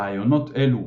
ראיונות אלו,